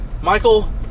michael